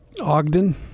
Ogden